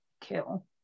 kill